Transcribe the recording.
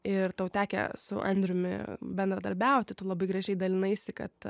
ir tau tekę su andriumi bendradarbiauti tu labai gražiai dalinaisi kad